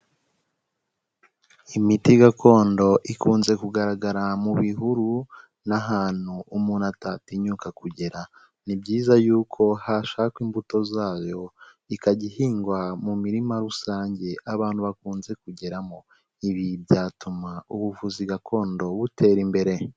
Imiti gakondo ikunze kugaragara mu bihuru n'ahantu umuntu atatinyuka kugera, ni byiza yuko hashakwa imbuto zayo ikajya ihingwa mu mirima rusange abantu bakunze kugeramo, ibi byatuma ubuvuzi gakondo butera imbere.